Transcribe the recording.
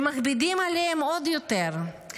שמכבידים עליהם עוד יותר.